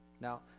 Now